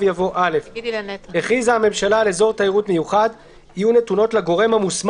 נלחץ על כל מי שצריך,